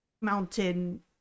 mountain